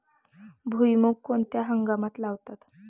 भुईमूग कोणत्या हंगामात लावतात?